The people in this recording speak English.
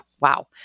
wow